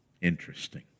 Interesting